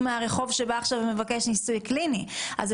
סוגיית החרגת ה-CBD כחומר, גם